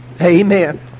Amen